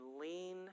lean